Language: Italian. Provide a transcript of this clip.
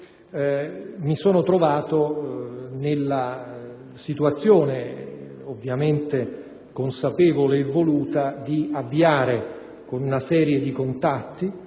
mi sono trovato nella situazione, ovviamente consapevole e voluta, di avviare una serie di contatti